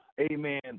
amen